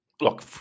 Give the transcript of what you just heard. look